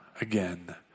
again